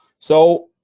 so,